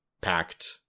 packed